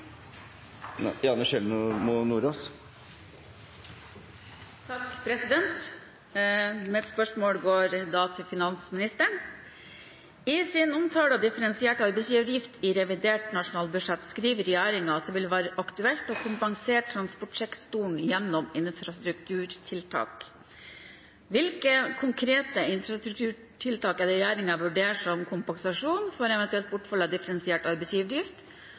Janne Sjelmo Nordås til samferdselsministeren, vil bli besvart av finansministeren som rette vedkommende. Mitt spørsmål går til da finansministeren: «I sin omtale av differensiert arbeidsgiveravgift i revidert nasjonalbudsjett skriver regjeringen at det vil være aktuelt å kompensere transportsektoren gjennom infrastrukturtiltak. Hvilke konkrete infrastrukturtiltak er det regjeringen vurderer som kompensasjon for eventuelt bortfall av differensiert